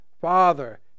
Father